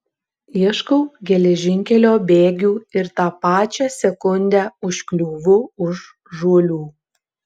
ieškau geležinkelio bėgių ir tą pačią sekundę užkliūvu už žuolių